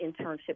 internship